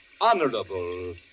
honorable